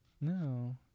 No